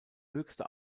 höchste